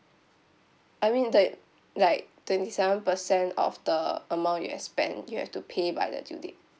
I mean the like twenty seven percent of the amount you have spent you have to pay by the due date